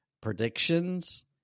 predictions